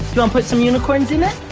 so put some unicorns in it?